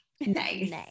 Nice